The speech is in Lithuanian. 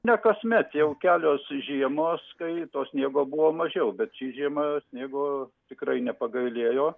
ne kasmet jau kelios žiemos kai to sniego buvo mažiau bet ši žiema sniego tikrai nepagailėjo